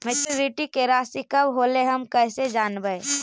Maturity के रासि कब होलै हम कैसे जानबै?